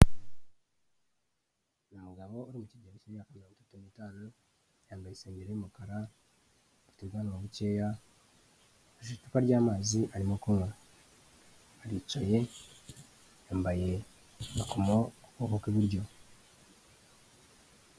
Uyu mugabo uri mu kigero cy'imyaka mirongo itatu n'itanu, yambaye isengeri y'umukara, afite ubwanwa bukeya , afite icupa ry'amazi arimo kunywa, aricaye yambaye agakomo ku kaboko k'iburyo.